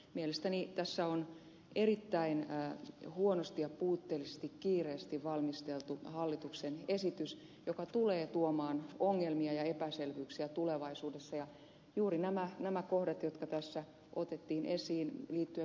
mielestäni tässä on erittäin huonosti ja puutteellisesti kiireesti valmisteltu hallituksen esitys joka tulee tuomaan ongelmia ja epäselvyyksiä tulevaisuudessa juuri näissä kohdissa jotka tässä otettiin esiin liittyen virkavastuun säätelyyn